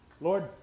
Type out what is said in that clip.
Lord